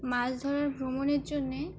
মাছ ধরা ও ভ্রমণের জন্যে